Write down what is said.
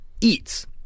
eats